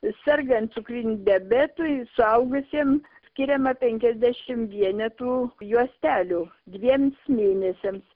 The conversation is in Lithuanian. sergant cukriniu diabetu suaugusiem skiriama penkiasdešim vienetų juostelių dviems mėnesiams